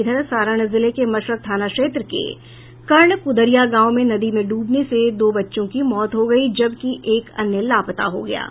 इधर सारण जिले के मशरक थाना क्षेत्र के कर्णकुदरीया गांव में नदी में ड्रबने से दो बच्चों की मौत हो गयी जबकि एक अन्य लापता हो गया है